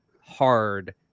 hard